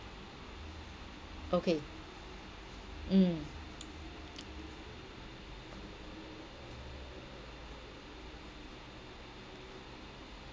okay mm